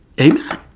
Amen